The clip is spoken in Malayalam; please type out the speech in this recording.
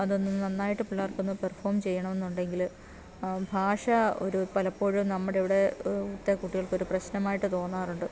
അതൊന്ന് നന്നായിട്ട് പിള്ളേർക്ക് ഒന്ന് പെർഫോം ചെയ്യണമെന്നുണ്ടെങ്കിൽ ഭാഷ ഒരു പലപ്പോഴും നമ്മുടെ ഇവിടെ ഇവിടത്തെ കുട്ടികൾക്ക് ഒരു പ്രശ്നമായിട്ട് തോന്നാറുണ്ട്